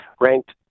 ranked